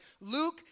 Luke